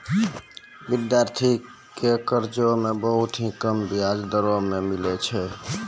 विद्यार्थी के कर्जा मे बहुत ही कम बियाज दरों मे मिलै छै